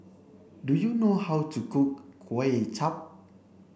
do you know how to cook Kuay Chap